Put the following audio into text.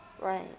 Right